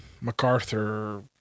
MacArthur